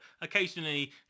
Occasionally